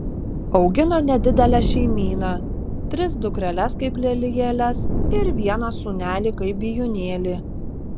augino nedidelę šeimyną tris dukreles kaip lelijėles ir vieną sūnelį kaip bijūnėlį